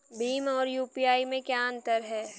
भीम और यू.पी.आई में क्या अंतर है?